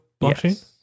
blockchain